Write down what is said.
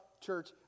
church